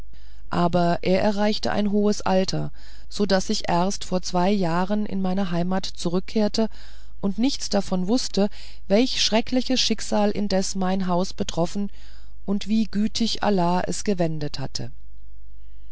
aber er erreichte ein hohes alter so daß ich erst vor zwei jahren in meine heimat zurückkehrte und nichts davon wußte welch schreckliches schicksal indes mein haus betroffen und wie gütig allah es gewendet hatte